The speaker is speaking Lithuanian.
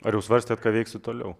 ar jau svarstėt ką veiksit toliau